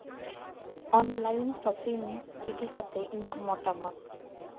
online shopping ᱤᱫᱤ ᱠᱟᱛᱮ ᱤᱧᱟᱹᱜ ᱢᱚᱛᱟᱢᱚᱛ